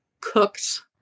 cooked